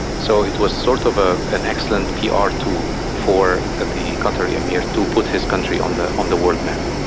so it was sort of ah an excellent pr ah tool for the qatari emir to put his country on the on the world map.